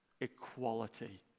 equality